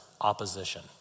Opposition